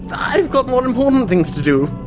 i've got more important things to do!